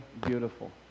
beautiful